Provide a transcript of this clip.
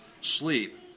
sleep